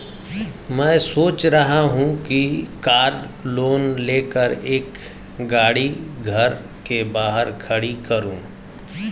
मैं सोच रहा हूँ कि कार लोन लेकर एक गाड़ी घर के बाहर खड़ी करूँ